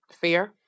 Fear